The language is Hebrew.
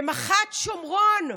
ומח"ט שומרון,